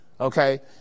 Okay